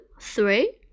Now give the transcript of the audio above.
three